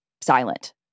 silent